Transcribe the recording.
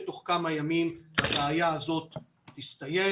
ותוך כמה ימים הבעיה הזאת תסתיים.